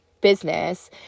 business